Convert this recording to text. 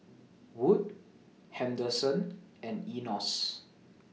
Wood Henderson and Enos